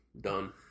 Done